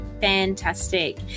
Fantastic